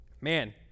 Man